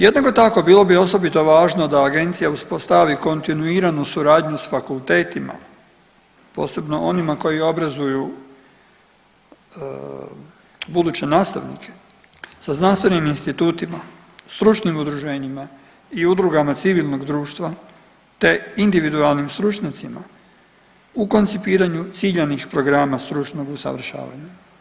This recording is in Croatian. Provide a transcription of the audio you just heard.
Jednako tako bilo bi osobito važno da agencija uspostavi kontinuiranu suradnju sa fakultetima posebno onima koji obrazuju buduće nastavnike sa znanstvenim institutima, stručnim udruženjima i udrugama civilnog društva, te individualnim stručnjacima u koncipiranju ciljanih programa stručnog usavršavanja.